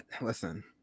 listen